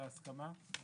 במסגרת ההסכמות האלה